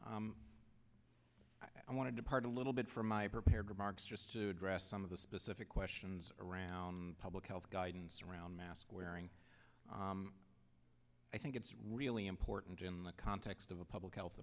hearing i want to depart a little bit from my prepared remarks just to address some of the specific questions around public health guidance around mask wearing i think it's really important in the context of a public health